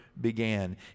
began